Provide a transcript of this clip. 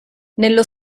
nello